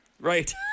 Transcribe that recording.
Right